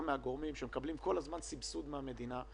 מהגורמים שמקבלים כל הזמן סבסוד מהמדינה.